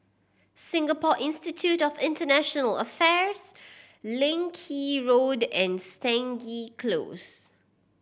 Singapore Institute of International Affairs Leng Kee Road and Stangee Close